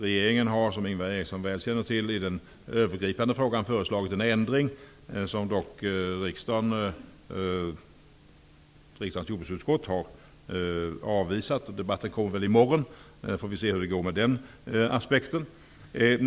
Regeringen har, som Ingvar Eriksson väl känner till, i den övergripande frågan föreslagit en ändring, som dock riksdagens jordbruksutskott har avvisat. Debatten kommer väl i morgon. Då får vi se hur det går med den aspekten.